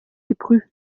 geprüft